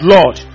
Lord